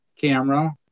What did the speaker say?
camera